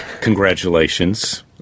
congratulations